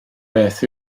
beth